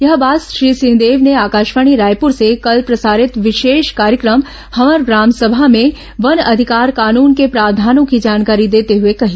यह ं बात श्री सिंहदेव ने आकाशवाणी रायपुर से प्रसारित विशेष कार्यक्रम हमर ग्राम सभा में वन अधिकार कानून के प्रावधानों की जानकारी देते हुए कही